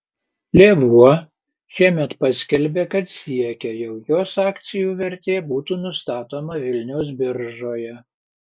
lėvuo šiemet paskelbė kad siekia jog jos akcijų vertė būtų nustatoma vilniaus biržoje